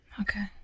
okay